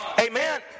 Amen